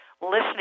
listening